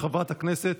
של חברת הכנסת